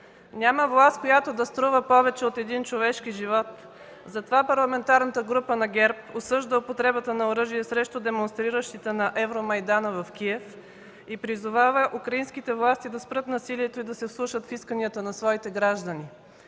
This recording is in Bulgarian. Няма власт, която да струва повече от един човешки живот. Затова Парламентарната група на ГЕРБ осъжда употребата на оръжие срещу демонстриращите на Евромайдана в Киев и призовава украинските власти да спрат насилието и да се вслушат в исканията на своите граждани.